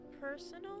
personal